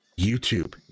YouTube